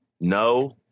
No